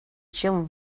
чем